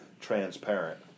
transparent